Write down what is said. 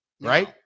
right